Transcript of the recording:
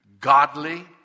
godly